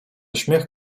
śmiech